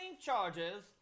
charges